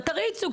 תריצו.